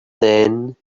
then